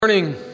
Morning